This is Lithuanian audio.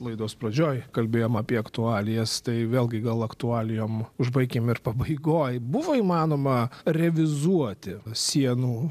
laidos pradžioj kalbėjom apie aktualijas tai vėlgi gal aktualijom užbaikim ir pabaigoj buvo įmanoma revizuoti sienų